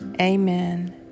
amen